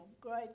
great